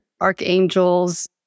archangels